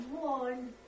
one